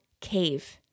cave